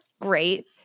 great